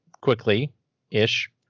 quickly-ish